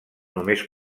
només